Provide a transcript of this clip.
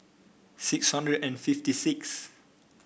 six hundred and fifty six